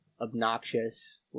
obnoxious